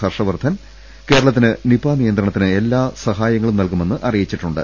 ഹർഷ വർദ്ധൻ കേരളത്തിന് നിപാ നിയന്ത്രണത്തിന് എല്ലാ സഹായങ്ങളും നൽകുമെന്ന് അറിയിച്ചിട്ടുണ്ട്